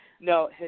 No